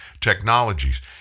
technologies